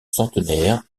centenaire